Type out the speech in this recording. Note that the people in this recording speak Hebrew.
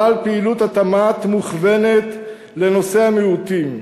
כלל פעילות התמ"ת מוכוונת לנושא המיעוטים.